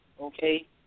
okay